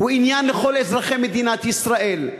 הוא עניין לכל אזרחי מדינת ישראל.